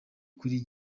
kuri